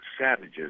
Savages